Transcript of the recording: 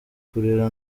kurera